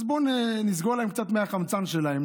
אז בוא נסגור להם קצת מהחמצן שלהם,